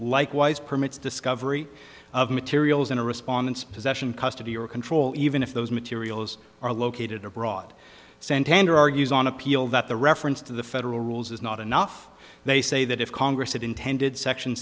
likewise permits discovery of materials in a response possession custody or control even if those materials are located abroad santander argues on appeal that the reference to the federal rules is not enough they say that if congress had intended section